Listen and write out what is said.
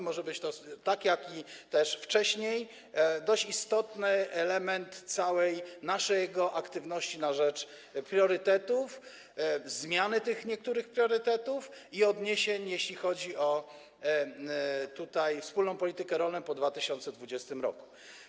Może to być, tak jak też wcześniej, dość istotny element całej naszego aktywności na rzecz priorytetów, zmiany tych niektórych priorytetów i odniesień, jeśli chodzi o wspólną politykę rolną po 2020 r.